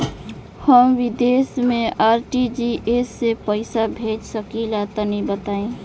हम विदेस मे आर.टी.जी.एस से पईसा भेज सकिला तनि बताई?